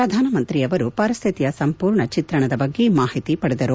ಪ್ರಧಾನಮಂತ್ರಿಯವರು ಪರಿಸ್ಥಿತಿಯ ಸಂಪೂರ್ಣ ಚಿತ್ರಣದ ಬಗ್ಗೆ ಮಾಹಿತಿ ಪಡೆದರು